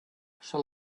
shall